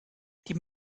die